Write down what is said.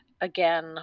again